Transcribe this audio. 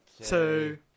two